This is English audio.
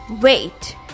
wait